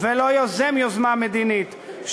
ולא יוזם יוזמה מדינית,